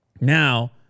Now